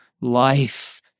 life